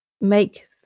make